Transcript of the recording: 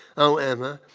however,